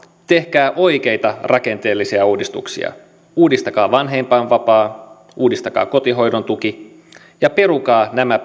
tehkää oikeita rakenteellisia uudistuksia uudistakaa vanhempainvapaa uudistakaa kotihoidon tuki ja perukaa nämä